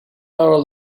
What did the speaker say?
our